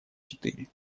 четыре